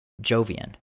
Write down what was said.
Jovian